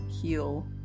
Heal